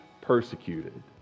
persecuted